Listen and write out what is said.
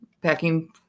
packing